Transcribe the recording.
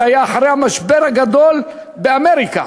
זה היה אחרי המשבר הגדול באמריקה,